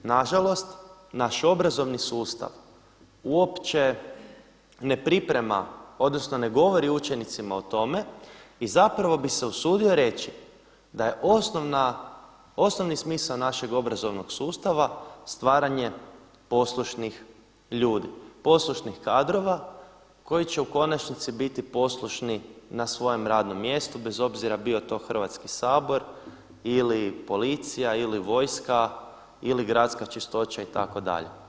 Na žalost, naš obrazovni sustav uopće ne priprema, odnosno ne govori učenicima o tome i zapravo bih se usudio reći da je osnovni smisao našeg obrazovnog sustava stvaranje poslušnih ljudi, poslušnih kadrova koji će u konačnici biti poslušni na svojem radnom mjestu bez obzira bio to Hrvatski sabor ili policija ili vojska ili gradska čistoća itd.